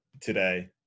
today